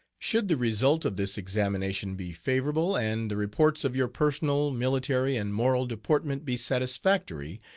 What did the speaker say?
should the result of this examination be favorable, and the reports of your personal, military, and moral deportment be satisfactory,